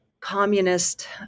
communist